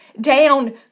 down